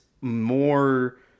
more